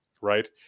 right